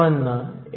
37 आहे